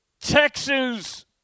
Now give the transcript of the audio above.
Texas